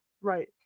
Right